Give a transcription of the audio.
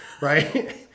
right